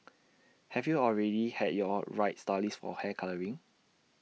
have you already had your right stylist for hair colouring